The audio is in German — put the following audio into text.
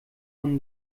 und